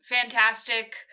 fantastic